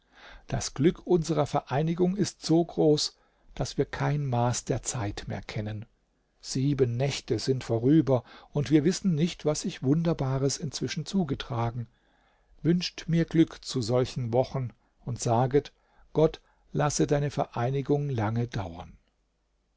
das glück unserer vereinigung ist so groß daß wir kein maß der zeit mehr kennen sieben nächte sind vorüber und wir wissen nicht was sich wunderbares inzwischen zugetragen wünscht mir glück zu solchen wochen und saget gott lasse deine vereinigung lange dauern